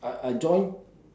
I I enjoy